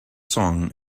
song